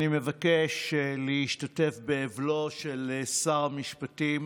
אני מבקש להשתתף באבלו של שר המשפטים